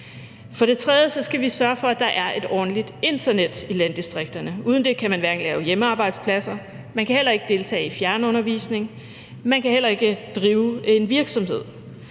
For det tredje skal vi sørge for, at der er et ordentligt internet i landdistrikterne. Uden det kan man ikke lave hjemmearbejdspladser, man kan heller ikke deltage i fjernundervisning, og man kan heller ikke drive en virksomhed,